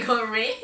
it's what